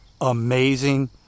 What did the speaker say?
amazing